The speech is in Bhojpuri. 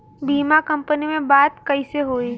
बीमा कंपनी में बात कइसे होई?